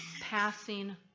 passing